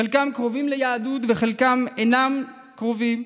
חלקם קרובים ליהדות וחלקם אינם קרובים,